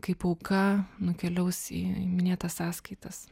kaip auka nukeliaus į į minėtas sąskaitas